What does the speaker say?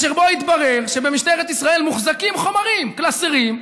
שבו התברר שבמשטרת ישראל מוחזקים חומרים, קלסרים,